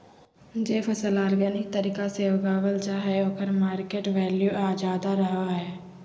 जे फसल ऑर्गेनिक तरीका से उगावल जा हइ ओकर मार्केट वैल्यूआ ज्यादा रहो हइ